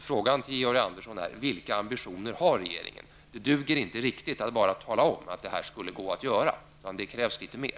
Frågan till Georg Andersson är: Vilka ambitioner har regeringen? Det duger inte riktigt att bara tala om att detta skall gå att göra, utan det krävs litet mer.